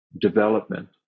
development